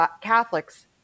Catholics